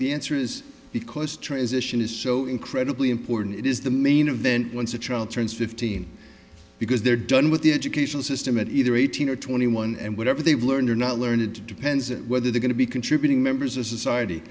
the answer is because transition is so incredibly important it is the main event once the trial turns fifteen because they're done with the educational system at either eighteen or twenty one and whatever they've learned or not learned to depends whether they're going to be contributing members of society